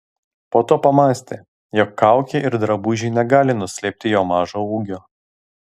po to pamąstė jog kaukė ir drabužiai negali nuslėpti jo mažo ūgio